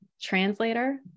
translator